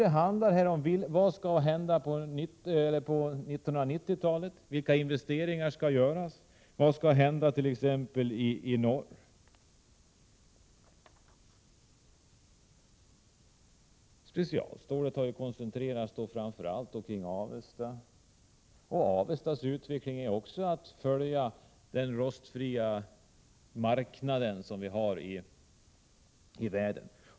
Det handlar om vad som skall hända på 1990-talet, vilka investeringar som skall göras och vad som t.ex. skall hända i norr. Specialstålstillverkningen har koncentrerats framför allt till Avesta, och dess inriktning är att följa marknaden för rostfria produkter ute i världen.